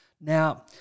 now